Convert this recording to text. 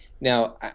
Now